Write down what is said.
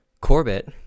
Corbett